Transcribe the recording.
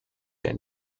der